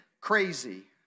crazy